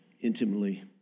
intimately